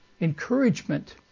encouragement